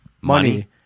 money